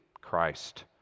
Christ